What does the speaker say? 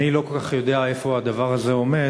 אני לא כל כך יודע איפה הדבר הזה עומד,